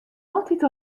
altyd